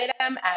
item